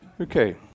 Okay